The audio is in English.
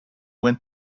went